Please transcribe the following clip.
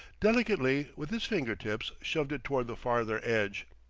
delicately with his finger-tips shoved it toward the farther edge.